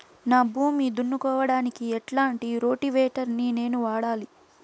నా భూమి దున్నుకోవడానికి ఎట్లాంటి రోటివేటర్ ని నేను వాడాలి?